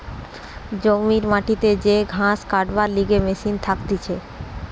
জমিতে মাটিতে যে ঘাস কাটবার লিগে মেশিন থাকতিছে